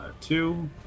two